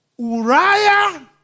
Uriah